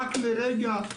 "רק לרגע",